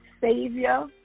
savior